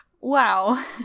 wow